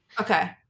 Okay